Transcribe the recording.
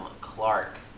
Clark